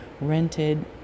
rented